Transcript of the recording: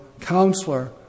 counselor